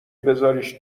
بزاریش